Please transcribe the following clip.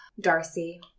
Darcy